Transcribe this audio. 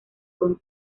con